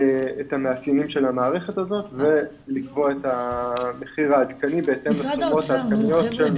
המאפיינים של המערכת הזאת ולקבוע את המחיר העדכני בהתאם לתשומות העדכניות.